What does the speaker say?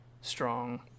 strong